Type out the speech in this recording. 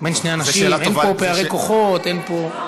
בין שני אנשים, אין פה פערי כוחות, אין פה,